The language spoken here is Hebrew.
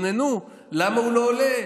שהתלוננו: למה הוא לא עולה?